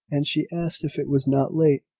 and she asked if it was not late.